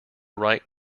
right